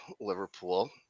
Liverpool